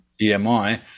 emi